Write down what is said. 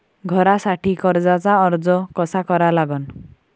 घरासाठी कर्जाचा अर्ज कसा करा लागन?